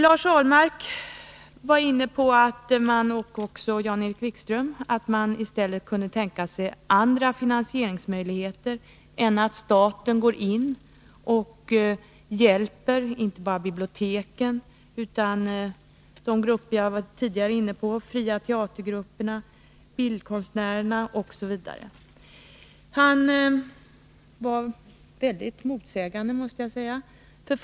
Lars Ahlmark liksom också Jan-Erik Wikström kunde, framgick det av deras inlägg, tänka sig andra finansieringsmöjligheter än att staten gick in och hjälpte inte bara biblioteken utan också de grupper som jag tidigare nämnde, dvs. fria teatergrupper, bildkonstnärer m.fl. Jag tycker att Lars Ahlmark uttryckte sig mycket motsägelsefullt.